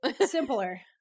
simpler